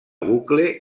bucle